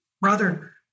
brother